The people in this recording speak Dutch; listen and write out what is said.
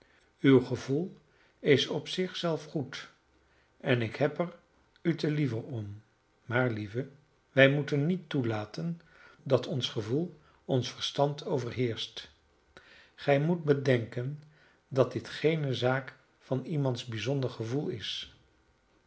uw gevoel is op zich zelf goed en ik heb er u te liever om maar lieve wij moeten niet toelaten dat ons gevoel ons verstand overheerscht gij moet bedenken dat dit geene zaak van iemands bijzonder gevoel is